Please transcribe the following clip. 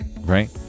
Right